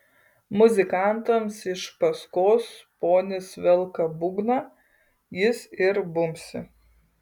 muzikantams iš paskos ponis velka būgną jis ir bumbsi